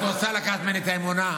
את רוצה לקחת ממני את האמונה?